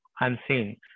unseen